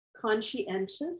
conscientious